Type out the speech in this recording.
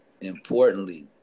importantly